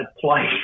play